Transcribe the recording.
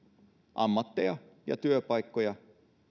ammatteja ja työpaikkoja